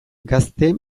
gazte